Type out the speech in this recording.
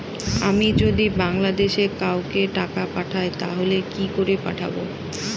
আমি যদি বাংলাদেশে কাউকে টাকা পাঠাই তাহলে কি করে পাঠাবো?